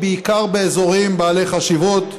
בעיקר באזורים בעלי חשיבות.